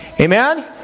Amen